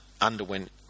underwent